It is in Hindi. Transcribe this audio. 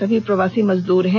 सभी प्रवासी मजदूर हैं